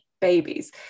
babies